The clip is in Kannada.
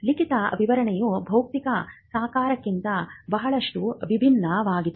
ಲಿಖಿತ ವಿವರಣೆಯು ಭೌತಿಕ ಸಾಕಾರಕ್ಕಿಂತ ಬಹಳಷ್ಟು ಭಿನ್ನವಾಗಿದೆ